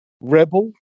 rebel